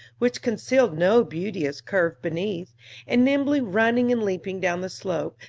which concealed no beauteous curve beneath and nimbly running and leaping down the slope,